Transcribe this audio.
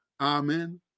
Amen